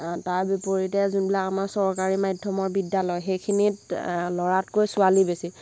তাৰ বিপৰীতে যোনবিলাক আমাৰ চৰকাৰী মাধ্যমৰ বিদ্যালয় সেইখিনিত ল'ৰাতকৈ ছোৱালী বেছি